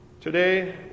today